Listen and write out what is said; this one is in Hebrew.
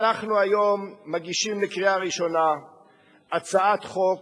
אנחנו היום מגישים לקריאה ראשונה הצעת חוק